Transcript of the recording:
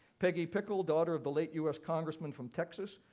peggy pickle, daughter of the late us congressman from texas,